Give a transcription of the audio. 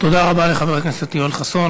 תודה רבה לחבר הכנסת יואל חסון.